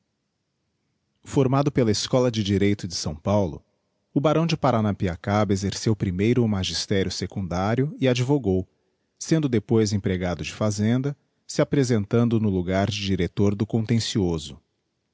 formado pela escola de direito de s paulo o barão de paranapiacaba exerceu primeiro o magistério secundário e advogou sendo depois empregado de fazenda se apresentando no logar de director do contencioso